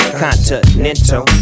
continental